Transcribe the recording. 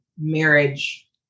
marriage